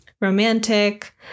romantic